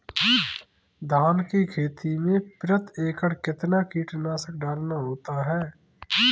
धान की खेती में प्रति एकड़ कितना कीटनाशक डालना होता है?